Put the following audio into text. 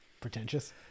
pretentious